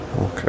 Okay